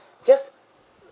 just